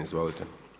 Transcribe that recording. Izvolite.